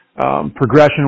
Progression